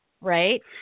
Right